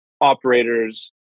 operators